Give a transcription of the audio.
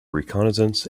reconnaissance